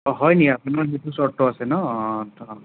অ' হয় নি আপোনাৰ সেইটো চৰ্ত আছে ন অঁ